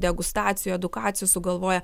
degustacijų edukacijų sugalvoja